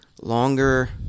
longer